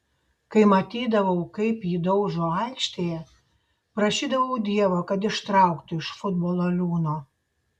kai matydavau kaip jį daužo aikštėje prašydavau dievo kad ištrauktų iš futbolo liūno